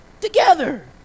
together